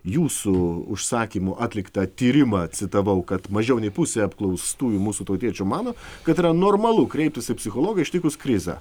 jūsų užsakymu atliktą tyrimą citavau kad mažiau nei pusė apklaustųjų mūsų tautiečių mano kad yra normalu kreiptis į psichologą ištikus krizę